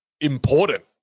important